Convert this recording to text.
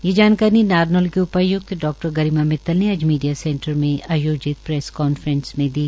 ये जानकारी नारनौल के उपाय्क्त डा गरिमा मित्तल ने आज मीडिया सेंटर में आयोजित प्रेस कांफ्रेस में दी